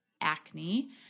acne